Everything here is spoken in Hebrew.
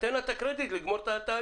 תן לה את הקרדיט לגמור את התהליכים.